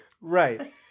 Right